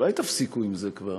אולי תפסיקו עם זה כבר,